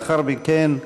לאחר מכן,